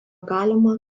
galima